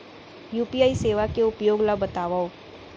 UPI सेवा के उपयोग ल बतावव?